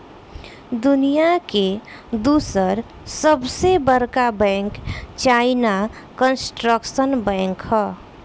दुनिया के दूसर सबसे बड़का बैंक चाइना कंस्ट्रक्शन बैंक ह